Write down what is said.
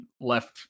left